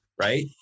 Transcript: right